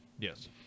Yes